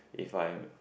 if I